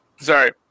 Sorry